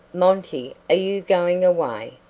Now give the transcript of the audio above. monty, are you going away?